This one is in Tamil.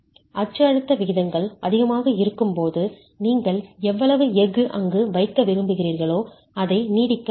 அச்சு அழுத்த விகிதங்கள் அதிகமாக இருக்கும் போது நீங்கள் எவ்வளவு எஃகு அங்கு வைக்க விரும்புகிறீர்களோ அதை நீடிக்க முடியாது